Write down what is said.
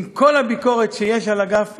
עם כל הביקורת שיש על אגף השיקום,